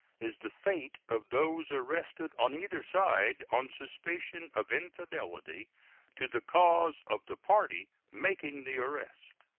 is the fate of those arrested on either side on suspicion of infidelity to the cause of the party making the arrest.